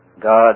God